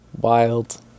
Wild